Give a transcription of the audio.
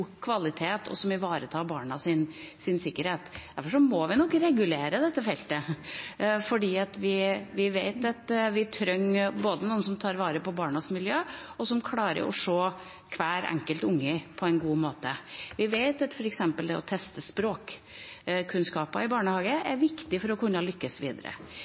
ivaretar barnas sikkerhet. Derfor må vi nok regulere dette feltet, for vi vet at vi trenger noen som tar vare på barnas miljø, og som klarer å se hver enkelt unge på en god måte. Vi vet at f.eks. det å teste språkkunnskaper i barnehage er viktig for å kunne lykkes videre.